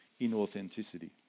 inauthenticity